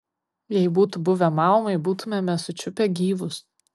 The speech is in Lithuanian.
jei būtų buvę maumai būtumėme sučiupę gyvus